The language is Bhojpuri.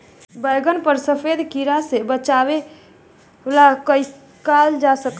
बैगन पर सफेद कीड़ा से कैसे बचाव कैल जा सकत बा?